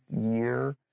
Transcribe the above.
year